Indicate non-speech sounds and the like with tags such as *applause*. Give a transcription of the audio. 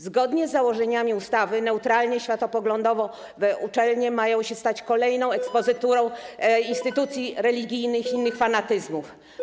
Zgodnie z założeniami ustawy neutralne światopoglądowo uczelnie mają stać się kolejną ekspozyturą *noise* instytucji religijnych i innych fanatyzmów.